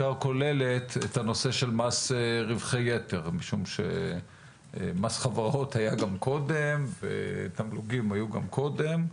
מס רווחי יתר כי מס חברות ותמלוגים היו גם קודם,